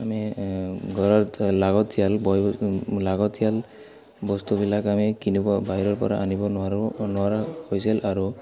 আমি ঘৰত লাগতিয়াল ব লাগতিয়াল বস্তুবিলাক আমি কিনিব বাহিৰৰ পৰা আনিব নোৱাৰোঁ নোৱাৰা হৈছিল আৰু